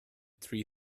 three